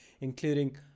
including